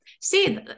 see